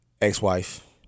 Ex-wife